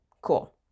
cool